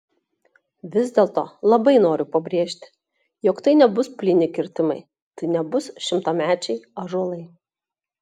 vis dėlto labai noriu pabrėžti jog tai nebus plyni kirtimai tai nebus šimtamečiai ąžuolai